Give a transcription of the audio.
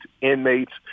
inmates